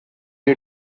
you